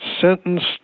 sentenced